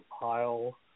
pile